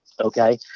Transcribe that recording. okay